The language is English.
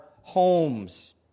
homes